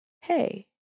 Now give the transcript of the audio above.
hey